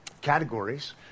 categories